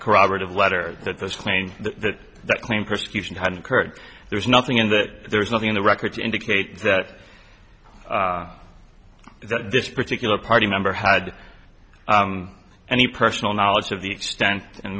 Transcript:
corroborative letter that this claim that that claim persecution had occurred there's nothing in that there's nothing in the record to indicate that that this particular party member had any personal knowledge of the extent and